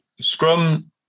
Scrum